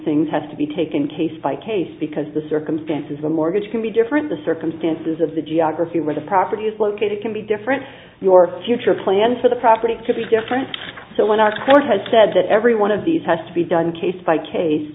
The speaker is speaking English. things has to be taken case by case because the circumstances the mortgage can be different the circumstances of the geography where the property is located can be different your future plans for the property to be different so when us courts had said that every one of these has to be done case by case